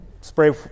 spray